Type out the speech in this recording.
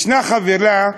ישנה חבילה,